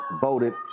voted